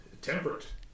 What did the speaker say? temperate